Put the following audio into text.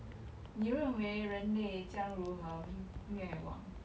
你认为人类将如何灭亡